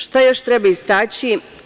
Šta još treba istaći?